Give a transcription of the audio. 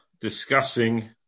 discussing